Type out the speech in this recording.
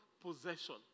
possession